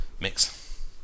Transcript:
mix